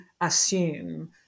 assume